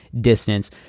distance